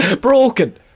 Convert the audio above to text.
Broken